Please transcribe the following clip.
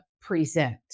present